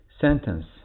sentence